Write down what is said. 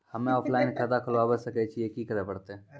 हम्मे ऑफलाइन खाता खोलबावे सकय छियै, की करे परतै?